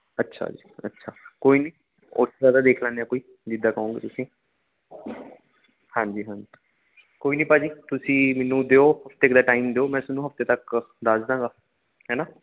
ਅੱਛਾ ਜੀ ਅੱਛਾ ਕੋਈ ਨਹੀਂ ਉਸ ਤਰ੍ਹਾਂ ਦਾ ਦੇਖ ਲੈਂਦੇ ਹਾਂ ਕੋਈ ਜਿੱਦਾਂ ਕਹੋਗੇ ਤੁਸੀਂ ਹਾਂਜੀ ਹਾਂਜੀ ਕੋਈ ਨਹੀਂ ਭਾਅ ਜੀ ਤੁਸੀਂ ਮੈਨੂੰ ਦਿਓ ਹਫ਼ਤੇ ਕੁ ਦਾ ਟਾਈਮ ਦਿਓ ਮੈਂ ਤੁਹਾਨੂੰ ਹਫ਼ਤੇ ਤੱਕ ਦੱਸ ਦਾਂਗਾ ਹੈ ਨਾ